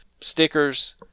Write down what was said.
stickers